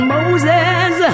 Moses